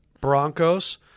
Broncos